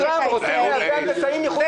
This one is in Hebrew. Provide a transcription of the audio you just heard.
חברת הכנסת, לא